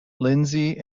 lindsay